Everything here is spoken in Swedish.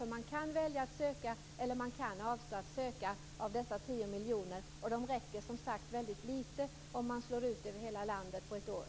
Man kan välja att söka eller man kan avstå från att söka bidrag från dessa 10 miljoner. De räcker som sagt till väldigt litet om man slår ut det över hela landet på ett år.